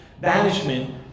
Banishment